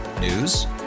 News